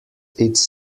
its